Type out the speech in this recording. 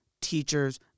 teachers